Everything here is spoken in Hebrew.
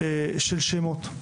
של שמות.